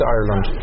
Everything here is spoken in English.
Ireland